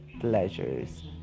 pleasures